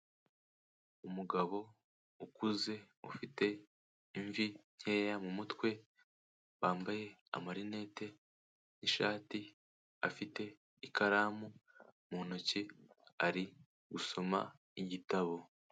Umugabo ukuze, ufite imvi nkeya mu mutwe, wambaye amarinete, ishati, afite ikaramu mu ntoki, ari gusoma igitabo.